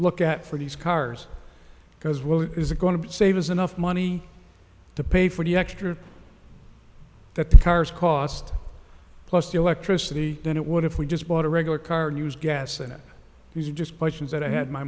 look at for these cars because well is it going to save us enough money to pay for the extras that the cars cost plus the electricity than it would if we just bought a regular car news gas and it was just questions that i had my